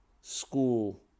school